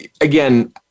again